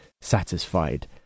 satisfied